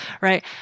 right